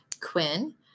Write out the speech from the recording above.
Quinn